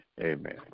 Amen